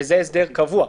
וזה הסדר קבוע.